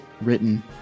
written